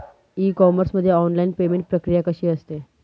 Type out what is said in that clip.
E commerce मध्ये online payment प्रक्रिया कशी असते?